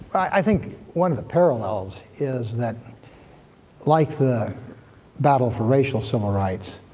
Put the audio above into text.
i think one of the parallels is that like the battle for racial civil rights,